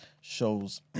shows